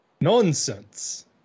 Nonsense